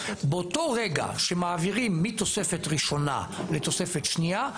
באותו רגע שמעבירים מתוספת ראשונה לתוספת שנייה,